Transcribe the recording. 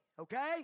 Okay